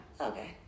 Okay